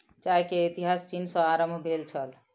चाय के इतिहास चीन सॅ आरम्भ भेल छल